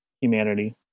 humanity